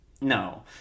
No